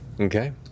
Okay